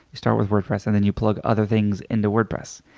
you start with wordpress and then you plug other things into wordpress,